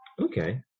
Okay